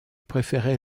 préférait